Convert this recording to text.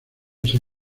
ese